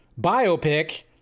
biopic